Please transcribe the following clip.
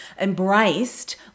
embraced